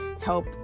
help